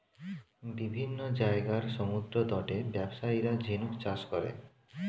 বিভিন্ন জায়গার সমুদ্রতটে ব্যবসায়ীরা ঝিনুক চাষ করে